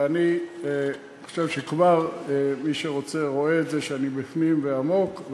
ואני חושב שכבר מי שרוצה רואה את זה שאני בפנים ועמוק,